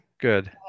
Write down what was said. good